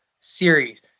series